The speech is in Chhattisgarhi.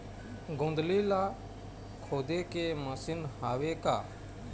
गोंदली ला खोदे के मशीन हावे का?